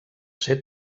ser